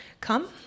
come